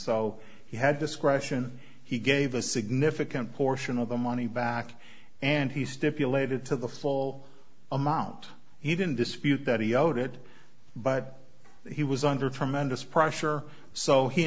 so he had discretion he gave a significant portion of the money back and he stipulated to the full amount he didn't dispute that he owed it but he was under tremendous pressure so he